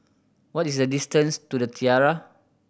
what is the distance to The Tiara